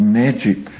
magic